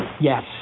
Yes